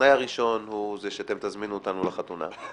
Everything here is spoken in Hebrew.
התנאי הראשון זה שתזמינו אותנו לחתונה.